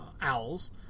owls